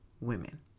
women